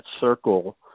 circle